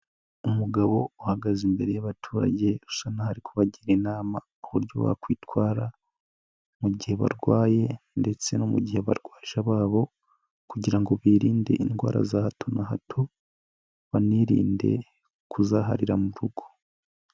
Umugabo uhagaze imbere y'abaturage usa naho ari kubagira inama ku buryo bakwitwara, mu gihe barwaye ndetse no mu gihe abarwaje ababo kugira ngo birinde indwara za hato na hato banirinde kuzaharira mu rugo.